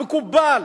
המקובל.